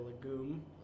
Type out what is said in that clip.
legume